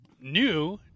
new